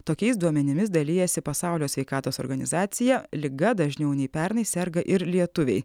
tokiais duomenimis dalijasi pasaulio sveikatos organizacija liga dažniau nei pernai serga ir lietuviai